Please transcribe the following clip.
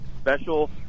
Special